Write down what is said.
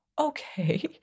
okay